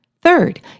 Third